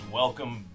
welcome